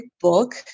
book